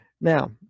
Now